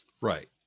right